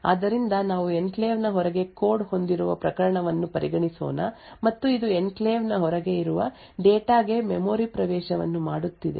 ಆದ್ದರಿಂದ ನಾವು ಎನ್ಕ್ಲೇವ್ ನ ಹೊರಗೆ ಕೋಡ್ ಹೊಂದಿರುವ ಪ್ರಕರಣವನ್ನು ಪರಿಗಣಿಸೋಣ ಮತ್ತು ಇದು ಎನ್ಕ್ಲೇವ್ ನ ಹೊರಗೆ ಇರುವ ಡೇಟಾ ಗೆ ಮೆಮೊರಿ ಪ್ರವೇಶವನ್ನು ಮಾಡುತ್ತಿದೆ